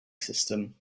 system